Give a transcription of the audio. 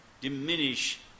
diminish